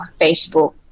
Facebook